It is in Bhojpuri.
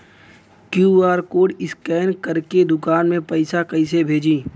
क्यू.आर कोड स्कैन करके दुकान में पैसा कइसे भेजी?